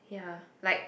ya like